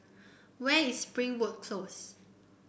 where is Springwood Close